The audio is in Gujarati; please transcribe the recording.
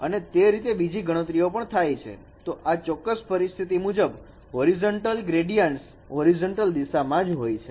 અને તે રીતે બીજી ગણતરીઓ પણ થાય છે તો આ ચોક્કસ પરિસ્થિતિ મુજબ હોરીજોન્ટલ ગ્રેડીયાન્ટસ હોરીજોન્ટલ દીસામાં હોય છે